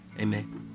amen